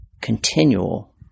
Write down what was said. continual